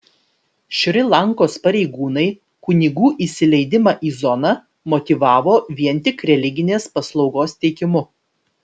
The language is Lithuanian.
šri lankos pareigūnai kunigų įsileidimą į zoną motyvavo vien tik religinės paslaugos teikimu